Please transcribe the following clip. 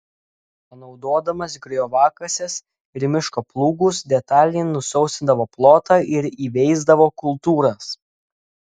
panaudodamas grioviakases ir miško plūgus detaliai nusausindavo plotą ir įveisdavo kultūras